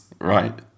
right